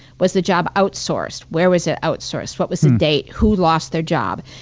was the job outsourced? where was it outsourced? what was the date? who lost their job?